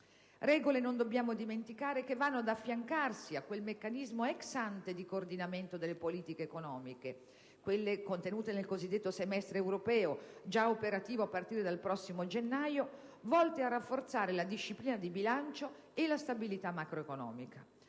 Regole, non dobbiamo dimenticare, che vanno ad affiancarsi a quel meccanismo *ex ante* di coordinamento delle politiche economiche, quelle contenute nel cosiddetto semestre europeo, già operativo a partire dal prossimo gennaio, volte a rafforzare la disciplina di bilancio e la stabilità macroeconomica.